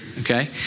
okay